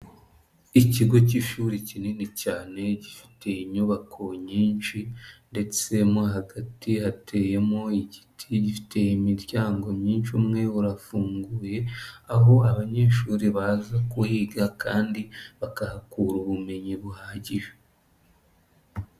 Ikigo k'ishuri kinini cyane gifite inyubako nyinshi ndetse mo hagati hateyemo igiti, gifite imiryango myinshi umwe urafunguye, aho abanyeshuri baza kuhiga kandi bakahakura ubumenyi buhagije.